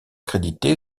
crédité